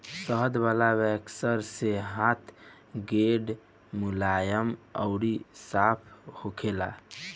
शहद वाला वैक्स से हाथ गोड़ मुलायम अउरी साफ़ होखेला